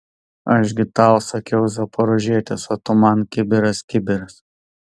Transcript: aš gi tau sakiau zaporožietis o tu man kibiras kibiras